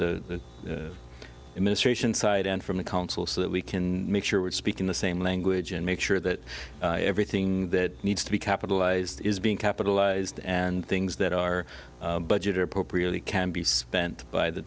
the administration side and from the council so that we can make sure we're speaking the same language and make sure that everything that needs to be capitalized is being capitalized and things that are budget appropriately can be spent by the